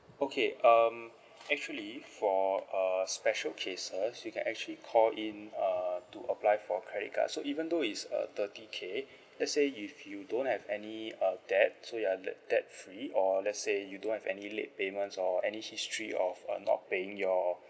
okay um actually for uh special cases you can actually call in uh to apply for credit card so even though it's uh thirty K let's say if you don't have any uh debt so you're debt debt free or lets say you don't have any late payments or any history of uh not paying your